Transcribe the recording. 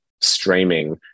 streaming